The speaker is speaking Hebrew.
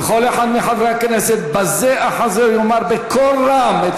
וכל אחד מחברי הכנסת, בזה אחר זה, יאמר בקול רם את